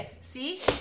See